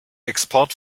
export